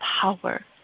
power